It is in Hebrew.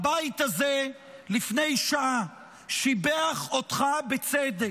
הבית הזה לפני שעה שיבח אותך בצדק,